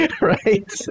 right